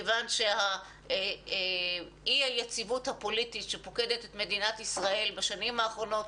מכיוון אי-היציבות הפוליטית שפוקדת את מדינת ישראל בשנים האחרונות.